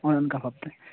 ᱚᱱᱮ ᱚᱱᱠᱟ ᱵᱷᱟᱵᱽ ᱛᱮ